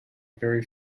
very